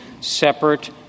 separate